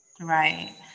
Right